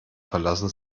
verlassen